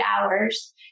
hours